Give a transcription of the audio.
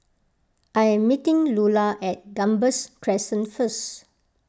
I am meeting Lula at Gambas Crescent first